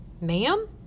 Ma'am